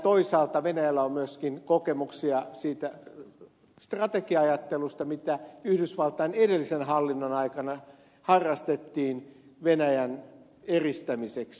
toisaalta venäjällä on myöskin kokemuksia siitä strategia ajattelusta mitä yhdysvaltain edellisen hallinnon aikana harrastettiin venäjän eristämiseksi